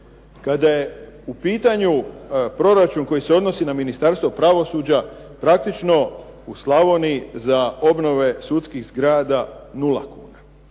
Kada je u pitanju proračun koji se odnosi na Ministarstvo pravosuđa, praktično u Slavoniji za obnove sudskih zgrada nula kuna,